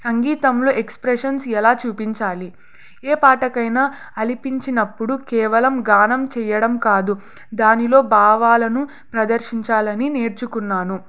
సంగీతంలో ఎక్స్ప్రెషన్స్ ఎలా చూపించాలి ఏ పాటకైనా అలిపించినప్పుడు కేవలం గానం చేయడం కాదు దానిలో భావాలను ప్రదర్శించాలని నేర్చుకున్నాను